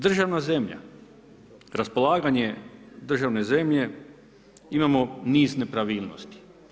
Državna zemlja, raspolaganje državne zemlje imamo niz nepravilnosti.